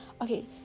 Okay